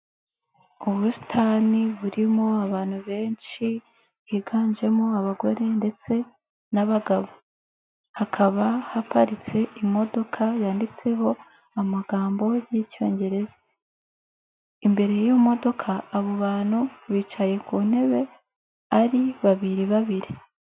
Ubusitani burimo abantu benshi, higanjemo abagore ndetse n'abagabo, hakaba haparitse imodoka yanditseho amagambo y'Icyongereza, imbere y'iyo modoka, abo bantu bicaye ku ntebe ari babiri babiri.